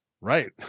Right